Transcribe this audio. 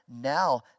now